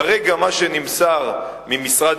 כרגע, מה שנמסר ממשרד